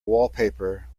wallpaper